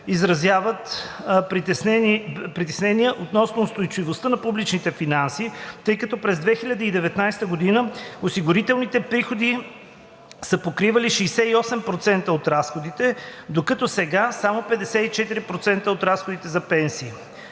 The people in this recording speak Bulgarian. изразяват притеснение относно устойчивостта на публичните финанси, тъй като през 2019 г. осигурителните приходи са покривали 68% от разходите, докато сега само 54% от разходите за пенсии.